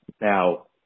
Now